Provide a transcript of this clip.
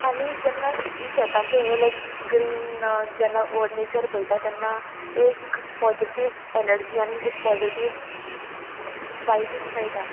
आनी जेन्ना हीं शेतांचे हे लायक ग्रीन जेन्ना नेचर पयता तेन्ना एक पॉजिटीव एनर्जी आनी एक पॉजिटीव वायब मेयटा